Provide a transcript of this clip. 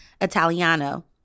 Italiano